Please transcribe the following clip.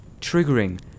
triggering